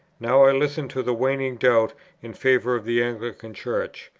now i listened to the waning doubt in favour of the anglican church.